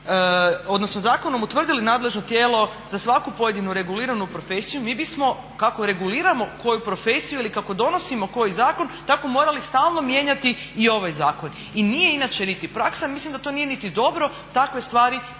odnosno zakonom utvrdili nadležno tijelo za svaku pojedinu reguliranu profesiju mi bismo kako reguliramo koju profesiju ili kako donosimo koji zakon tako morali stalno mijenjati i ovaj zakon. I nije inače niti praksa, a mislim da to nije niti dobro, takve stvari